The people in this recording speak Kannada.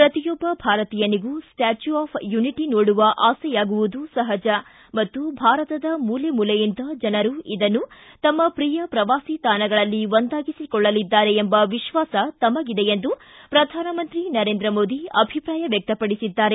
ಪ್ರತಿಯೊಬ್ಬ ಭಾರತೀಯನಿಗೂ ಸ್ಟಾಚ್ಚ್ಚ್ ಆಫ್ ಯುನಿಟಿ ನೋಡುವ ಆಸೆಯಾಗುವುದು ಸಹಜ ಮತ್ತು ಭಾರತದ ಮೂಲೆ ಮೂಲೆಯಿಂದ ಜನರು ಇದನ್ನೂ ತಮ್ಮ ಪ್ರಿಯ ಪ್ರವಾಸಿ ತಾಣಗಳಲ್ಲಿ ಒಂದಾಗಿಸಿಕೊಳ್ಳಲಿದ್ದಾರೆ ಎಂಬ ವಿಶ್ವಾಸ ತಮಗಿದೆ ಎಂದು ಪ್ರಧಾನಮಂತ್ರಿ ನರೇಂದ್ರ ಮೋದಿ ಅಭಿಪ್ರಾಯ ವ್ಯಕ್ತಪಡಿಸಿದ್ದಾರೆ